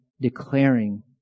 declaring